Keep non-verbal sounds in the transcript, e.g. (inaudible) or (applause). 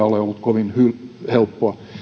(unintelligible) ole ollut kovin helppoa